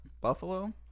Buffalo